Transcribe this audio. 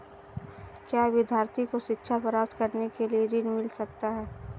क्या विद्यार्थी को शिक्षा प्राप्त करने के लिए ऋण मिल सकता है?